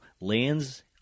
lands